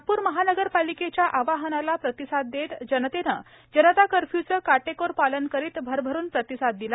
नागपूर महानगरपालिकेच्या आवाहनाला प्रतिसाद देत जनतेने जनता कर्फ्युचे काटेकोर पालन करीत भरभरून प्रतिसाद दिला